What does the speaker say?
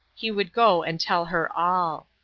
he would go and tell her all.